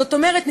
זאת אומרת,